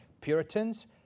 Puritans